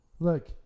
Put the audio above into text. Look